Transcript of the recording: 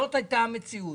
זאת הייתה המציאות.